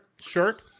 shirt